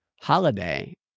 holiday